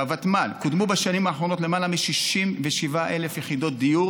בוותמ"ל קודמו בשנים האחרונות למעלה מ-67,000 יחידות דיור